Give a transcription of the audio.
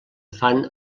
fan